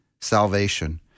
salvation